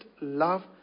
love